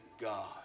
God